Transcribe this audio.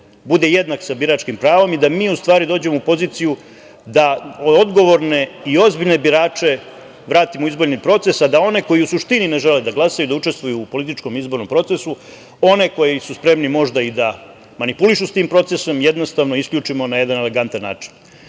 bude jednak sa biračkim pravom i da mi, u stvari, dođemo u poziciju da odgovorne i ozbiljne birače vratimo u izborni proces, a da one koji u suštini ne žele da glasaju, da učestvuju u političkom izbornom procesu, one koji su spremni možda i da manipulišu s tim procesom, jednostavno, isključimo na jedan elegantan način. Znam